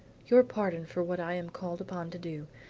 your pardon for what i am called upon to do.